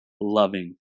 loving